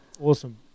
awesome